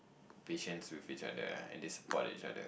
patience with each other ah and they support each other